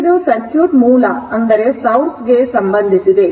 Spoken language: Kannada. ಇದು ಸರ್ಕ್ಯೂಟ್ ಮೂಲ ಕ್ಕೆ ಸಂಬಂಧಿಸಿದೆ